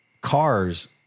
cars